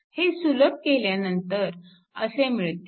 हे सुलभ केल्यानंतर असे मिळते